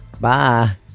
Bye